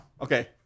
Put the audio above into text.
Okay